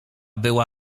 była